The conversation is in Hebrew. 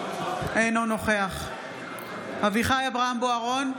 אינו נוכח אביחי אברהם בוארון,